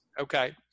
Okay